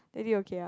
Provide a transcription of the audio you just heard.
okay ah